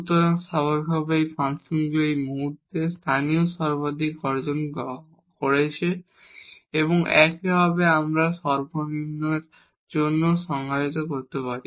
সুতরাং স্বাভাবিকভাবেই ফাংশন এই মুহুর্তে লোকাল ম্যাক্সিমা অর্জন করেছে এবং একইভাবে আমরা মিনিমার জন্যও সংজ্ঞায়িত করতে পারি